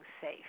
safe